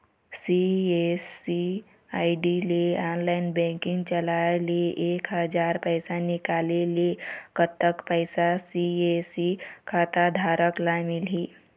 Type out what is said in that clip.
CSC ID ले online banking चलाए ले एक हजार पैसा निकाले ले कतक पैसा सी.एस.सी खाता धारक ला मिलही?